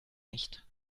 nicht